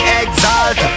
exalt